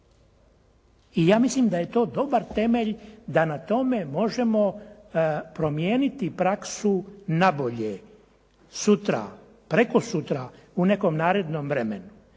I ja mislim da je to dobar temelj da na tome možemo promijeniti praksu nabolje sutra, prekosutra, u nekom narednom vremenu.